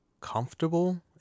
comfortable